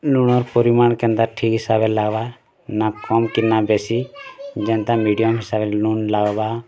ନୁଣର ପରିମାଣ କେନ୍ତା ଠିକ୍ ହିସାବରେ ଲାଗ୍ବା ନା କମ୍ କିନା ବେଶୀ ଯେନ୍ତା ମିଡ଼ିୟମ୍ ସାଇଡ଼୍ ନୁଣ୍ ଲାଗ୍ବା